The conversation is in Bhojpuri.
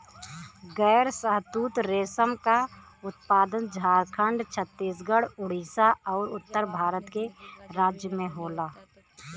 गैर शहतूत रेशम क उत्पादन झारखंड, छतीसगढ़, उड़ीसा आउर उत्तर पूरब के राज्य में होला